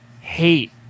hate